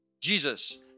Jesus